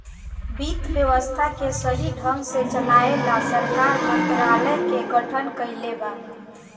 वित्त व्यवस्था के सही ढंग से चलाये ला सरकार मंत्रालय के गठन कइले बा